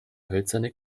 hölzerne